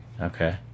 Okay